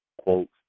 quotes